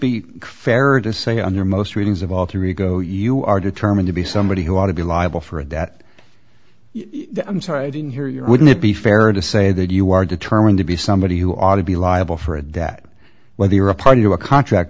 be fairer to say on your most readings of alter ego you are determined to be somebody who ought to be liable for a debt i'm sorry i didn't hear you wouldn't it be fair to say that you are determined to be somebody who ought to be liable for a debt whether you're a party to a contract